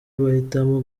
bahitamo